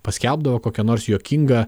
paskelbdavo kokią nors juokingą